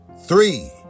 Three